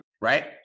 right